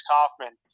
Kaufman